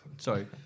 Sorry